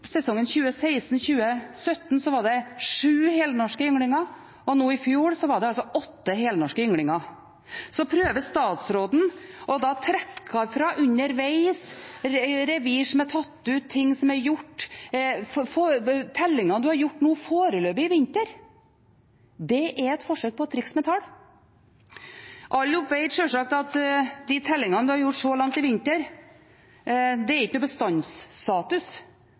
åtte helnorske ynglinger. Så prøver statsråden underveis å trekke fra revir som er tatt ut – ting som er gjort, tellinger som er gjort foreløpig i vinter. Det er et forsøk på å trikse med tall. Alle vet jo at de tellingene man har gjort så langt i vinter, ikke er bestandsstatus, det er bare en løypemelding underveis. Man er ikke